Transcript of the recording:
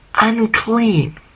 unclean